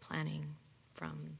planning from